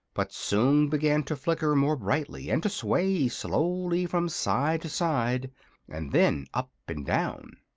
but soon began to flicker more brightly and to sway slowly from side to side and then up and down.